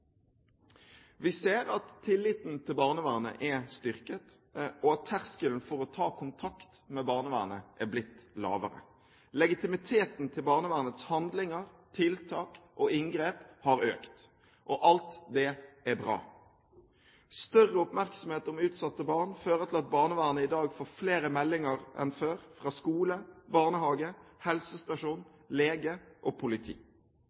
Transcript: Vi ser at tilliten til barnevernet er styrket, og at terskelen for å ta kontakt med barnevernet er blitt lavere. Legitimiteten til barnevernets handlinger, tiltak og inngrep har økt. Alt det er bra. Større oppmerksomhet om utsatte barn fører til at barnevernet i dag får flere meldinger enn før fra skole, barnehage, helsestasjon, lege og politi.